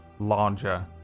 Larger